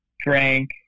drank